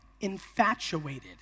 infatuated